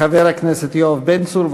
חבר הכנסת יואב בן צור,